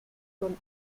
comme